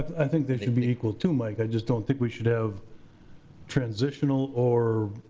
i think they should be equal too, mike. i just don't think we should have transitional or